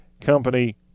company